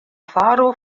faro